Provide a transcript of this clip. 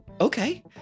okay